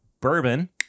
bourbon